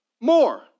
more